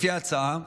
לפי ההצעה,